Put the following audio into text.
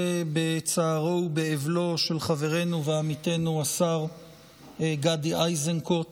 בצער ובכאב של חברנו ועמיתנו השר גדי איזנקוט,